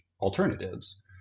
alternatives